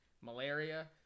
malaria